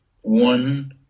one